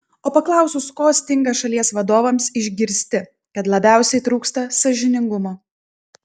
o paklausus ko stinga šalies vadovams išgirsti kad labiausiai trūksta sąžiningumo